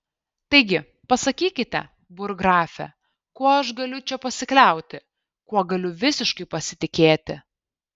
taigi pasakykite burggrafe kuo aš galiu čia pasikliauti kuo galiu visiškai pasitikėti